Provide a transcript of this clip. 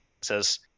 says